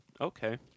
Okay